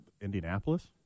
Indianapolis